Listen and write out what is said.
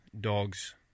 dogs